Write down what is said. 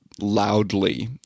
loudly